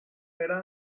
era